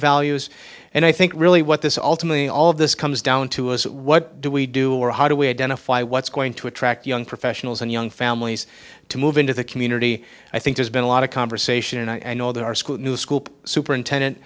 values and i think really what this ultimately all of this comes down to is what do we do or how do we identify what's going to attract young professionals and young families to move into the community i think there's been a lot of conversation and i know that our school new school superintendent